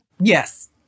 Yes